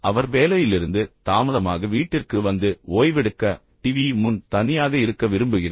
அவர் வேலையிலிருந்து தாமதமாக வீட்டிற்கு வந்து ஓய்வெடுக்க டிவி முன் தனியாக இருக்க விரும்புகிறார்